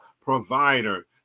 provider